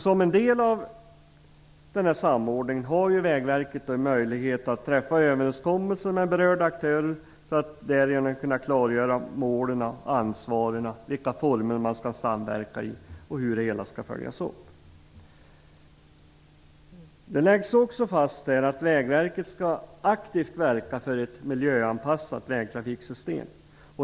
Som en del av denna samordning ingår att Vägverket har möjlighet att träffa överenskommelser med berörda aktörer för att därigenom klargöra mål, ansvar, samverkansformer och det sätt på vilket det hela skall följas upp. Vidare läggs det fast att Vägverket aktivt skall verka för ett miljöanpassat vägtrafiksystem.